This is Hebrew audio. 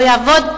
זה לא יעבוד,